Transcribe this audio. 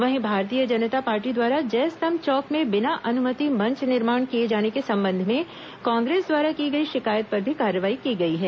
वहीं भारतीय जनता पार्टी द्वारा जयस्तंभ चौक में बिना अनुमति मंच निर्माण किए जाने के संबंध में कांग्रेस द्वारा की गई शिकायत पर भी कार्रवाई की गई है